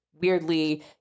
weirdly